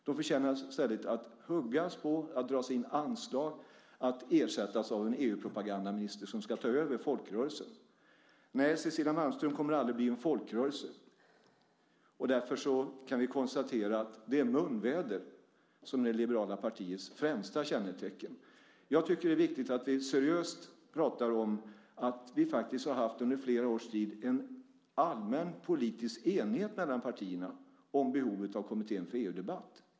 De förtjänar i stället att huggas på, att få anslag indragna, att ersättas av en EU-propagandaminister som ska ta över folkrörelsen. Nej, Cecilia Malmström kommer aldrig att bli en folkrörelse. Därför kan vi konstatera att det är munväder som är det liberala partiets främsta kännetecken. Jag tycker att det är viktigt att vi seriöst pratar om att vi under flera års tid har haft en allmän politisk enighet mellan partierna om behovet av Kommittén för EU-debatt.